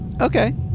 Okay